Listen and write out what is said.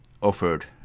offered